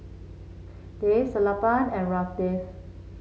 Dev Sellapan and Ramdev